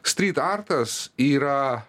strytartas yra